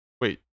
Wait